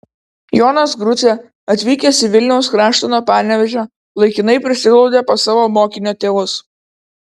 jonas grucė atvykęs į vilniaus kraštą nuo panevėžio laikinai prisiglaudė pas savo mokinio tėvus